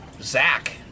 Zach